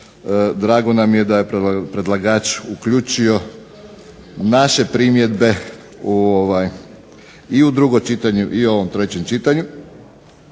drago nam je da je predlagač uključio naše primjedbe i u drugom i u ovom trećem čitanju.